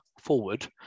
forward